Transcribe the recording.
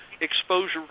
exposure